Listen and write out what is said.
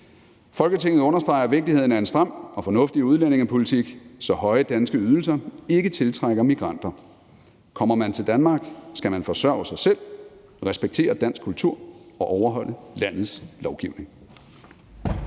Folketinget understreger vigtigheden af en stram og fornuftig udlændingepolitik, så høje danske ydelser ikke tiltrækker migranter. Kommer man til Danmark, skal man forsørge sig selv, respektere dansk kultur og overholde landets lovgivning.«